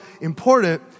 important